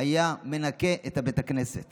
הוא היה מנקה את בית הכנסת